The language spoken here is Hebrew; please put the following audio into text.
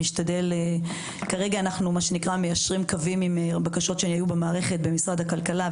אנחנו כרגע מיישרים קווים עם בקשות שהיו במערכת במשרד הכלכלה.